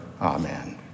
Amen